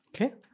Okay